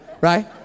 Right